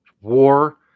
War